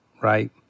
right